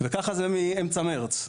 וכך זה מאמצע מרס.